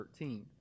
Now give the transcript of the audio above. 13